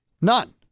None